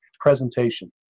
presentation